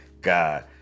God